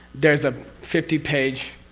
there's a fifty page